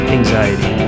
Anxiety